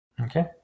Okay